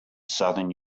southern